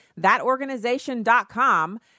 thatorganization.com